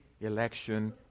election